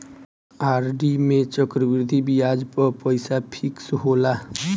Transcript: RD में चक्रवृद्धि बियाज पअ पईसा फिक्स होला